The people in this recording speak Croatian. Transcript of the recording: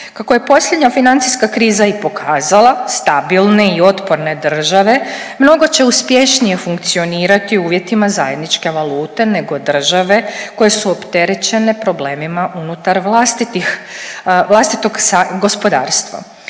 Kako je posljednja financijska kriza i pokazala, stabilne i otporne države mnogo će uspješnije funkcionirati u uvjetima zajedničke valute nego države koje su opterećene problemima unutar vlastitog gospodarstva.